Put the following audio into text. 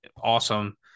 awesome